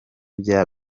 bya